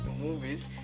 movies